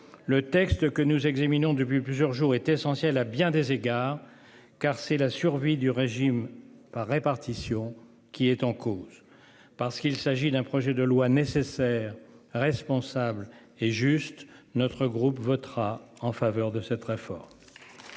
Le texte que nous examinons depuis plusieurs jours est essentiel à bien des égards, car c'est la survie du régime par répartition qui est en cause parce qu'il s'agit d'un projet de loi nécessaire responsable et juste notre groupe votera en faveur de cette réforme.